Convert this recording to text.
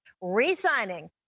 re-signing